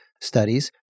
studies